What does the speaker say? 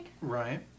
Right